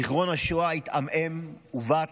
זיכרון השואה התעמעם, עוות,